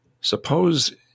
suppose